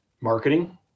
marketing